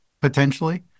potentially